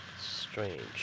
Strange